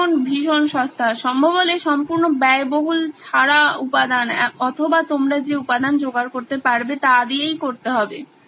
ভীষন ভীষণ সস্তা সম্ভব হলে সম্পূর্ণ ব্যয়বহুল ছাড়া উপাদান অথবা তোমরা যে উপাদান জোগাড় করতে পারবে তা দিয়ে করতে হবে